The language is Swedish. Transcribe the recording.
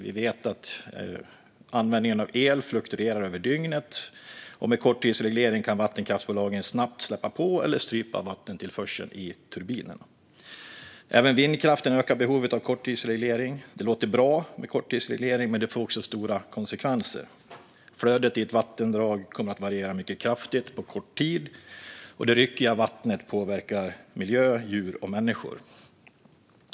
Vi vet att användningen av el fluktuerar över dygnet, och med korttidsreglering kan vattenkraftsbolagen snabbt släppa på eller strypa vattentillförseln i turbinen. Även vindkraften ökar behovet av korttidsreglering. Det låter bra med korttidsreglering, men det får också stora konsekvenser. Flödet i ett vattendrag varierar mycket kraftigt på kort tid, och det ryckiga vattenflödet påverkar miljö, djur och människor.